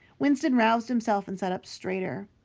winston roused himself and sat up straighter.